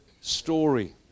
story